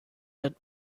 that